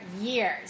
years